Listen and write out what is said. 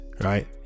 Right